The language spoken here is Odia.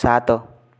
ସାତ